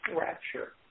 Rapture